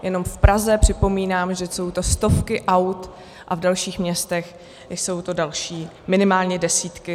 Jenom v Praze, připomínám, jsou to stovky aut a v dalších městech jsou to další minimálně desítky.